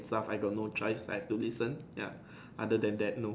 plus I got no choice I have to listen ya other than that nope